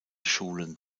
schulen